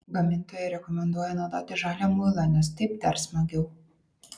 gamintojai rekomenduoja naudoti žalią muilą nes taip dar smagiau